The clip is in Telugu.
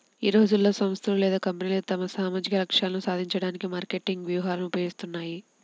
ఈ రోజుల్లో, సంస్థలు లేదా కంపెనీలు తమ సామాజిక లక్ష్యాలను సాధించడానికి మార్కెటింగ్ వ్యూహాలను ఉపయోగిస్తాయి